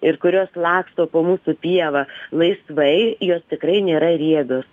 ir kurios laksto po mūsų pievą laisvai jos tikrai nėra riebios